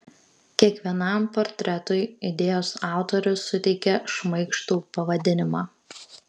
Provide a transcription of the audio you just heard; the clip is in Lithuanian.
kiekvienam portretui idėjos autorius suteikė šmaikštų pavadinimą